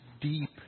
deep